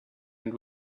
and